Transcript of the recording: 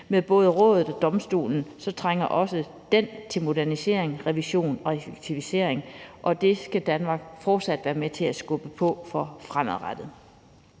Men både rådet og domstolen trænger også til modernisering, revision og effektivisering, og det skal Danmark fortsat være med til at skubbe på for fremadrettet.